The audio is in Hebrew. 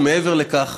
מעבר לכך,